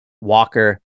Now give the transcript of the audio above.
walker